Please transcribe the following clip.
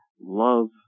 Love